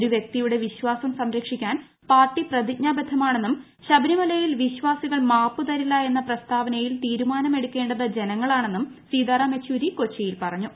ഒരു വ്യക്തിയുടെ വിശ്വാസം സംരക്ഷിക്കാൻ പാർട്ടി പ്രതിജ്ഞാബദ്ധമാണെന്നും ശബരിമലയിൽ വിശ്വാസികൾ മാപ്പു തരില്ല എന്ന പ്രസ്താവനയിൽ തീരുമാനമെടുക്കേണ്ടത് ജനങ്ങളാണെന്നും സീതാറാം യെച്ചൂരി കൊച്ചിയിൽ പറഞ്ഞു